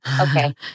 okay